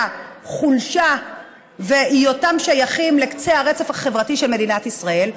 והחולשה והיותם שייכים לקצה הרצף החברתי של מדינת ישראל,